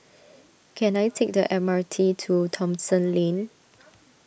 can I take the M R T to Thomson Lane